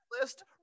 list